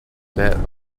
that